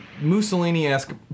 Mussolini-esque